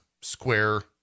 square